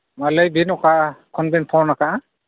ᱢᱟ ᱞᱟᱹᱭᱵᱤᱱ ᱚᱠᱟ ᱠᱷᱚᱱ ᱵᱤᱱ ᱯᱷᱳᱱ ᱟᱠᱟᱜᱼᱟ